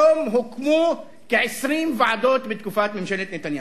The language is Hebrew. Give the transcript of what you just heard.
עד היום הוקמו כ-20 ועדות בתקופת ממשלת נתניהו.